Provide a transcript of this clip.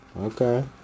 Okay